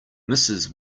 mrs